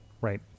right